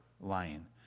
lying